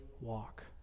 walk